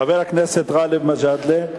חבר הכנסת גאלב מג'אדלה,